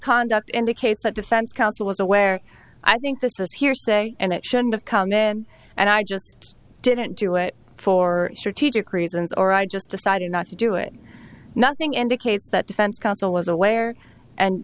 conduct indicates that defense counsel was aware i think this was hearsay and it shouldn't have come in and i just didn't do it for strategic reasons or i just decided not to do it nothing indicates that defense counsel was aware and